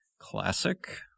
classic